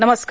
नमस्कार